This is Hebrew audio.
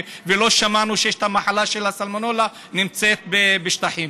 ולא שמענו שהמחלה סלמונלה נמצאת בשטחים.